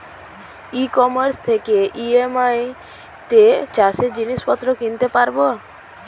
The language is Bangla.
ই কমার্স থেকে আমি ই.এম.আই তে চাষে জিনিসপত্র কিনতে পারব?